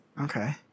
Okay